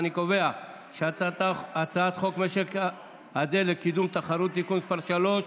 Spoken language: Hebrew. אני קובע שהצעת חוק משק הדלק (קידום התחרות) (תיקון) (תיקון מס' 3),